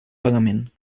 pagament